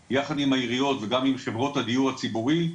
תואם) יחד עם העיריות וגם עם חברות הדיור הציבורי,